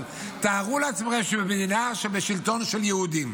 אבל תארו לעצמכם: במדינה בשלטון של יהודים,